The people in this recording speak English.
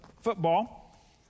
football